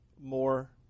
more